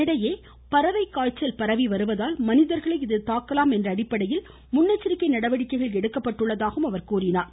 இதனிடையே பறவைக்காய்ச்சல் பரவி வருவதால் மனிதர்களை இது தாக்கலாம் என்ற அடிப்படையில் முன்னெச்சரிக்கை நடவடிக்கைகள் எடுக்கப்பட்டுள்ளதாகவும் அவர் கூறினார்